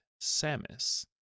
Samus